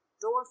door